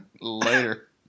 later